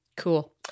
Cool